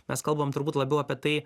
mes kalbam turbūt labiau apie tai